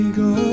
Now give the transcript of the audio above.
go